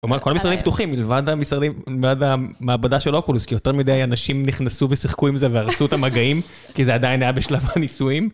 כל המשרדים פתוחים מלבד המעבדה של אוקולוס כי יותר מדי האנשים נכנסו ושיחקו עם זה והרסו את המגעים כי זה עדיין היה בשלב הניסויים.